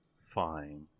fine